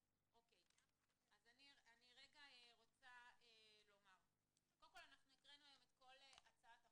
ש --- אז אני רוצה לומר- הקראנו היום את כל הצעת החוק,